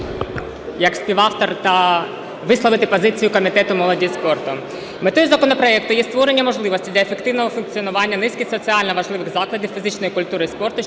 як співавтор та висловити позицію Комітету молоді і спорту. Метою законопроекту є створення можливості для ефективного функціонування низки соціально важливих закладів фізичної культури і спорту,